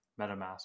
MetaMask